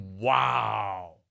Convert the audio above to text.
Wow